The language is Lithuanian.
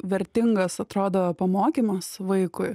vertingas atrodo pamokymas vaikui